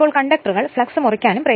ഇപ്പോൾ കണ്ടക്ടറുകൾ ഫ്ളക്സ് മുറിക്കാനും